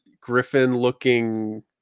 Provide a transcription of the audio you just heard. griffin-looking